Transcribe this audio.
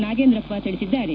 ನಾಗೇಂದ್ರಪ್ಪ ತಿಳಿಸಿದ್ದಾರೆ